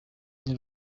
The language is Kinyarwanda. n’i